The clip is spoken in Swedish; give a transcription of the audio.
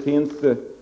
avstyrkanden.